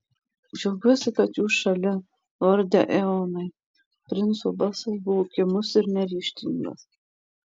džiaugiuosi kad jūs šalia lorde eonai princo balsas buvo kimus ir neryžtingas